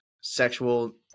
sexual